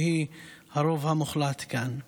שהיא הרוב המוחלט כאן.